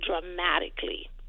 dramatically